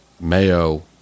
Mayo